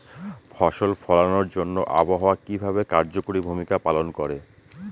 ফসল ফলানোর জন্য আবহাওয়া কিভাবে কার্যকরী ভূমিকা পালন করে?